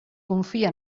confia